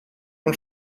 und